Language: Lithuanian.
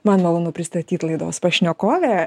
man malonu pristatyt laidos pašnekovę